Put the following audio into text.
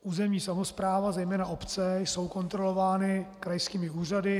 Územní samospráva, zejména obce, jsou kontrolovány krajskými úřady.